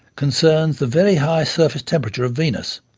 concerns the very high surface temperature of venus,